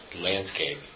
landscape